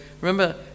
remember